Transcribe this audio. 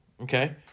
okay